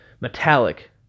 metallic